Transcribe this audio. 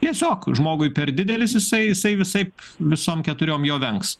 tiesiog žmogui per didelis jisai jisai visaip visom keturiom jo vengs